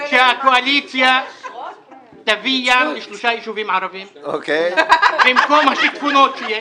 שהקואליציה תביא ים לשלושה יישובים ערביים במקום השיטפונות שיש.